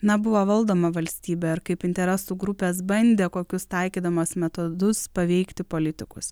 na buvo valdoma valstybė ir kaip interesų grupes bandė kokius taikydamas metodus paveikti politikus